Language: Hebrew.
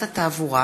יחיאל חיליק בר,